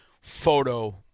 photo